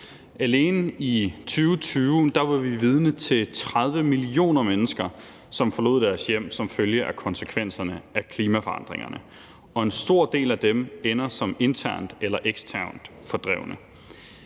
Alene i 2020 var vi vidne til 30 millioner mennesker, som forlod deres hjem som følge af konsekvenserne af klimaforandringerne, og en stor del af dem ender som internt eller eksternt fordrevne.